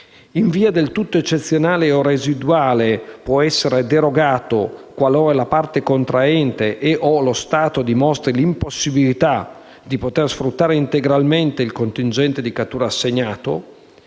in via del tutto eccezionale e/o residuale, può essere derogato qualora la parte contraente e/o lo Stato membro dimostri l'impossibilità di poter sfruttare integralmente il contingente di cattura assegnato,